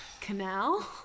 canal